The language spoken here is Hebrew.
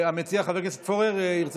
המציע, חבר הכנסת פורר, ירצה